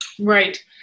Right